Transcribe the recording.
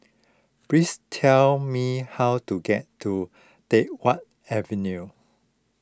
please tell me how to get to Teck Whye Avenue